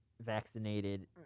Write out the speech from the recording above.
vaccinated